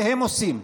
זה הם עושים.